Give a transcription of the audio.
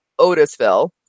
Otisville